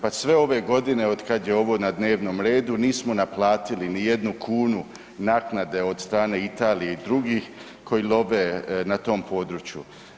Pa sve ove godine od kada je ovo na dnevnom redu nismo naplatili nijednu kunu naknade od strane Italije i drugih koji love na tom području.